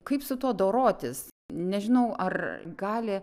kaip su tuo dorotis nežinau ar gali